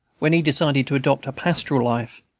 when he decided to adopt a pastoral life,